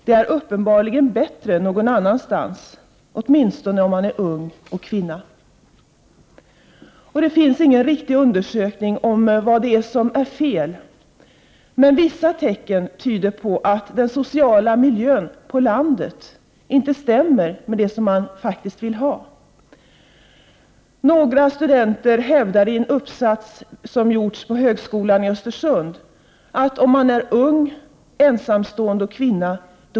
Sannolikt är det bättre någon annanstans, åtminstone om man är ung och kvinna. Det finns inte någon riktig undersökning som tar fasta på vad det är som är fel. Men vissa tecken tyder på att den sociala miljön ”på landet” inte stämmer med det som man faktiskt vill ha. Några studenter på högskolan i Östersund hävdar i en uppsats att det inte finns plats på landet för den som är ung, ensamstående och kvinna.